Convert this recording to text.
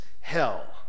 hell